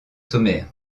sommaire